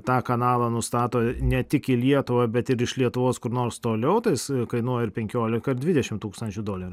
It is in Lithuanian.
tą kanalą nustato ne tik į lietuvą bet ir iš lietuvos kur nors toliau tai jis kainuoja ir penkiolika ir dvidešimt tūkstančių dolerių